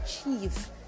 achieve